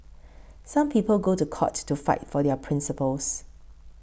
some people go to court to fight for their principles